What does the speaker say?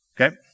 Okay